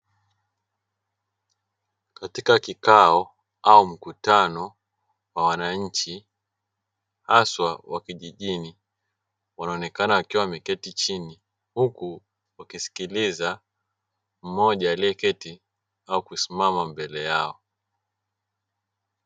Katika kikao au mkutano wa wananchi hasa wa kijijini wanaonekana wakiwa wameketi chini, huku wakisikiliza mmoja aliyeketi au kusimama mbele yao.